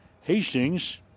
Hastings